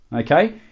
okay